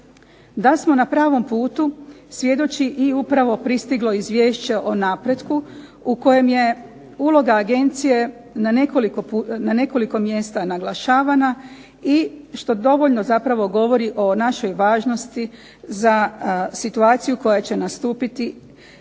Da smo na pravom putu svjedoči i upravo pristiglo izvješće o napretku o kojem je uloga agencije na nekoliko mjesta naglašavana i što dovoljno govori o našoj važnosti za situaciju koja će nastupiti